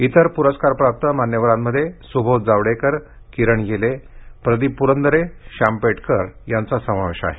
इतर पुरस्कार प्राप्त मान्यवरांमध्ये सुबोध जावडेकर किरण येले प्रदीप प्रंदरे श्याम पेठकर यांचा समावेश आहे